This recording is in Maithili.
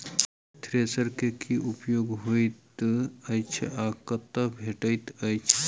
थ्रेसर केँ की उपयोग होइत अछि आ ई कतह भेटइत अछि?